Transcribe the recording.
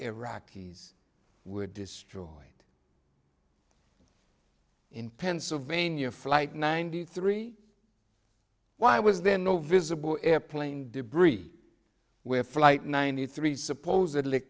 iraqis were destroyed in pennsylvania flight ninety three why was there no visible airplane debris where flight ninety three supposedly